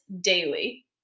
daily